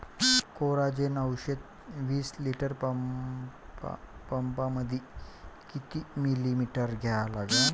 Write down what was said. Coragen औषध विस litre पंपामंदी किती मिलीमिटर घ्या लागन?